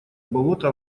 болото